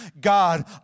God